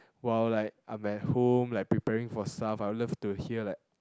while like I'm at home like preparing for stuff I would love to hear like